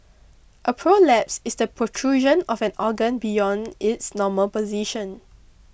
a prolapse is the protrusion of an organ beyond its normal position